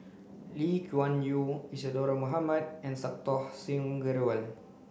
Lee Kuan Yew Isadhora Mohamed and Santokh Singh Grewal